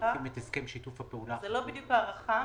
זאת לא בדיוק הארכה.